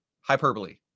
hyperbole